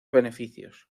beneficios